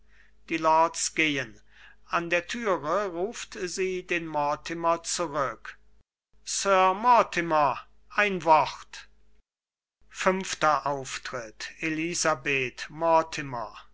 die lords gehen an der türe ruft sie den mortimer zurück sir mortimer ein wort elisabeth